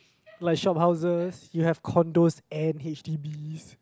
like shophouses you have condos and H_D_Bs